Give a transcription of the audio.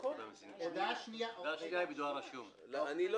--- אני לא